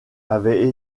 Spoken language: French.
avait